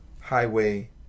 highway